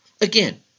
Again